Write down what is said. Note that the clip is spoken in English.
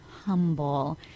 humble